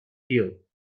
hill